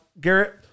Garrett